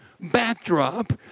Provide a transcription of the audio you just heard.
backdrop